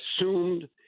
assumed